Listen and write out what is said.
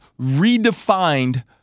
redefined